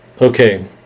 Okay